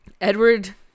Edward